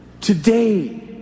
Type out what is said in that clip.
Today